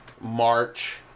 March